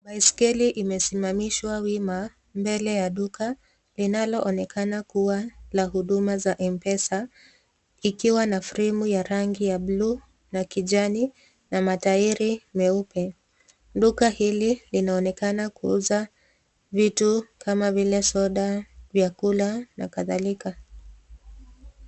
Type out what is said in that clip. Baiskeli imesimamishwa wima mbele ya duka linaloonekana kuwa la huduma za m Pesa ikiwa na fremu ya rangi ya blue na kijani na matairi meupe. Duka hili linaonekana kuuza vitu kama vile soda, vyakula na kadhalika.